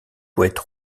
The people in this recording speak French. poète